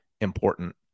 important